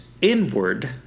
inward